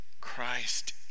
Christ